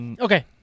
okay